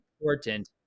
important